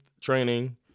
training